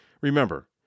Remember